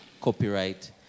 copyright